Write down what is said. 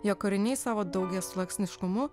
jo kūriniai savo daugiasluoksniškumu